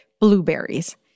blueberries